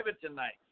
tonight